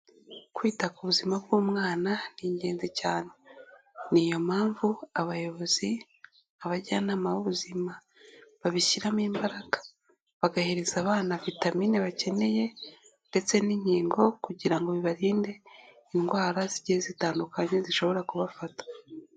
Kwita ku buzima bw'umwana ni ingenzi cyane ni iyo mpamvu abayobozi, abajyanama b'ubuzima babishyiramo imbaraga bagahereza abana vitamine bakeneye ndetse n'inkingo kugira ngo bibarinde indwara zigiye zitandukanye zishobora kubafata.